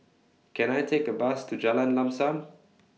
Can I Take A Bus to Jalan Lam SAM